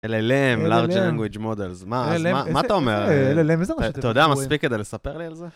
LLM, large language models, מה אתה אומר, אתה יודע מספיק כדי לספר לי על זה?